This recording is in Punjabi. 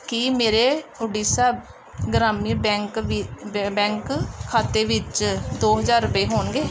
ਕੀ ਮੇਰੇ ਓਡੀਸਾ ਗ੍ਰਾਮੀਨ ਬੈਂਕ ਵਿ ਬ ਬੈਂਕ ਖਾਤੇ ਵਿੱਚ ਦੋ ਹਜ਼ਾਰ ਰੁਪਏ ਹੋਣਗੇ